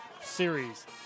series